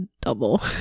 double